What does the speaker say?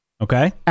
Okay